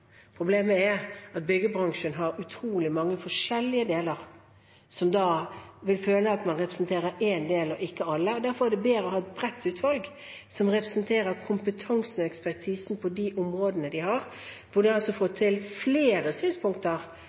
Problemet er at byggebransjen har utrolig mange forskjellige deler, og mange vil føle at man representerer én del og ikke alle. Derfor er det bedre å ha et bredt utvalg som representerer kompetansen og ekspertisen på de områdene de har, hvor de får frem flere synspunkter